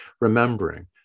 remembering